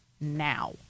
now